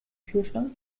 kühlschrank